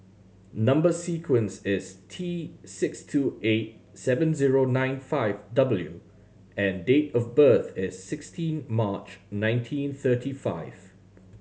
number sequence is T six two eight seven zero nine five W and date of birth is sixteen March nineteen thirty five